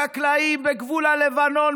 החקלאים בגבול הלבנון,